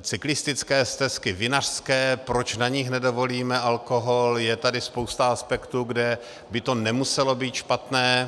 cyklistické stezky, vinařské stezky, proč na nich nedovolíme alkohol, je tady spousta aspektů, kde by to nemuselo být špatné.